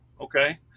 okay